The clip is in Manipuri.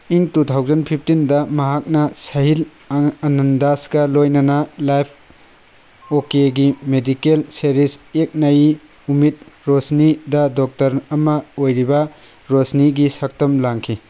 ꯏꯪ ꯇꯨ ꯊꯥꯎꯖꯟ ꯐꯤꯞꯇꯤꯟꯗ ꯃꯍꯥꯛꯅ ꯁꯍꯤꯜ ꯑꯅꯟꯗꯥꯁꯀ ꯂꯣꯏꯅꯅ ꯂꯥꯏꯐ ꯑꯣꯀꯦꯒꯤ ꯃꯦꯗꯤꯀꯦꯜ ꯁꯦꯔꯤꯁ ꯑꯦꯛ ꯅꯏ ꯎꯃꯤꯗ ꯔꯣꯁꯤꯅꯤꯗ ꯗꯣꯛꯇꯔ ꯑꯃ ꯑꯣꯏꯔꯤꯕ ꯔꯣꯁꯤꯅꯤꯒꯤ ꯁꯛꯇꯝ ꯂꯥꯡꯈꯤ